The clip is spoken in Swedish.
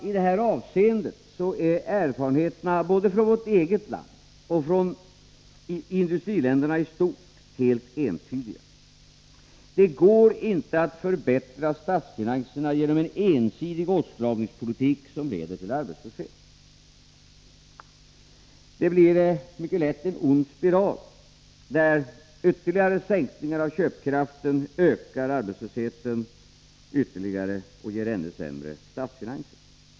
I detta avseende är erfarenheterna både från vårt eget land och från industriländerna i stort helt entydiga: Det går inte att förbättra statsfinanserna genom en ensidig åtstramningspolitik som leder till arbetslöshet. Det blir mycket lätt en ond spiral, där ytterligare sänkningar av köpkraften ökar arbetslösheten ytterligare och ger ännu sämre statsfinanser.